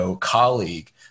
colleague